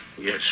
Yes